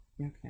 okay